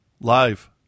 live